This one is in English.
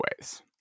ways